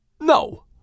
no